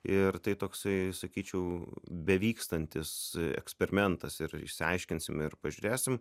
ir tai toksai sakyčiau bevykstantis eksperimentas ir išsiaiškinsim ir pažiūrėsim